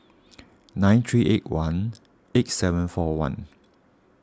nine three eight one eight seven four one